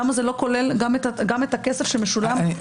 למה זה לא כולל גם את הכסף שמשולם בשילוב?